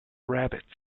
rabbits